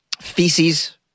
feces